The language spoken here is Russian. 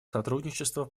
сотрудничества